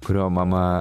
kurio mama